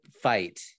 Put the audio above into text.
fight